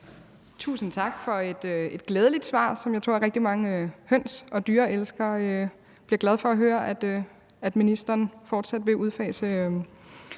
Tusind tak for et glædeligt svar. Jeg tror, at rigtig mange høns og dyreelskere bliver glade for at høre, at ministeren fortsat vil udfase